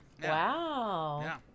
Wow